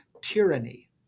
tyranny